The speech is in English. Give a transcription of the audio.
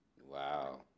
Wow